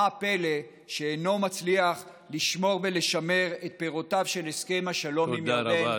מה הפלא שאינו מצליח לשמור ולשמר את פירותיו של הסכם השלום עם ירדן,